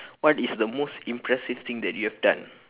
what is the most impressive thing that you have done